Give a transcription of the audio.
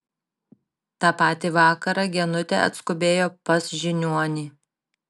tą patį vakarą genutė atskubėjo pas žiniuonį